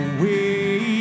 Away